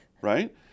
right